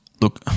Look